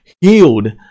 healed